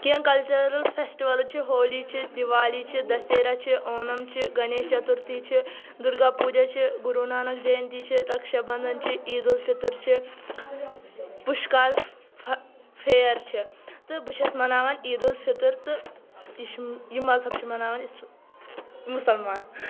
کیٚنٛہہ cultural festival چھِ ہولی چھِ دِوالی چھِ دَسیرہ چھِ اونَم چھِ گَنیش چَتُرتی چھِ دُرگا پوٗجا چھِ گُروٗنانَک جینتی چھِ رَکشا بَنٛدھن چھِ عیٖدُالفِطر چھِ پُشکَر فیر چھِ تہٕ بہٕ چھیٚس مناوان عیٖدُالفِطر تہٕ یہِ چھِ یہِ مذہب چھِ مناوان اِس مُسلمان